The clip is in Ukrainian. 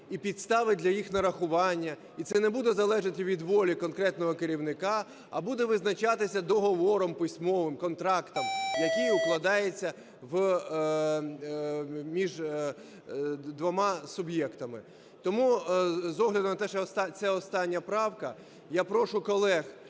і підстави для їх нарахування. І це не буде залежати від волі конкретного керівника, а буде визначатися договором письмовим, контрактом, який укладається між двома суб'єктами. Тому з огляду на те, що це остання правка, я прошу колег